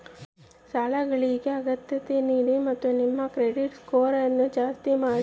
ಸಾಲಗಳಿಗೆ ಆದ್ಯತೆ ನೀಡಿ ಮತ್ತು ನಿಮ್ಮ ಕ್ರೆಡಿಟ್ ಸ್ಕೋರನ್ನು ಜಾಸ್ತಿ ಮಾಡಿ